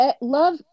Love